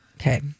Okay